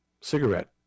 cigarette